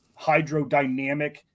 hydrodynamic